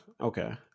Okay